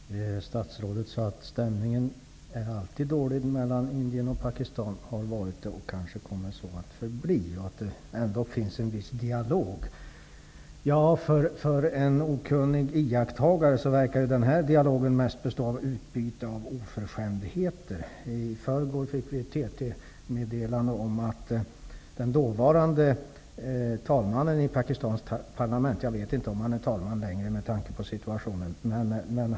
Herr talman! Statsrådet sade att stämningen alltid är dålig mellan Indien och Pakistan -- den har varit dålig och kommer kanske att så förbli -- men att det ändå finns en viss dialog. För en okunnig iakttagare verkar denna dialog mest bestå i utbyte av oförskämdheter. I förrgår fick vi ett TT-meddelande om den dåvarande talmannen i Pakistans parlament -- jag vet inte om han är talman längre med tanke på situationen.